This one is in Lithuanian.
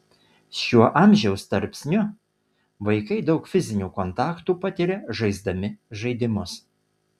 šiuo amžiaus tarpsniu vaikai daug fizinių kontaktų patiria žaisdami žaidimus